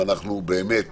ואנחנו באמת